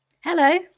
Hello